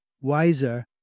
Wiser